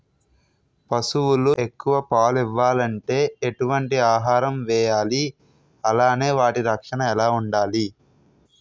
పశువులు ఎక్కువ పాలు ఇవ్వాలంటే ఎటు వంటి ఆహారం వేయాలి అలానే వాటి రక్షణ ఎలా వుండాలి?